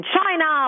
China